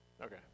okay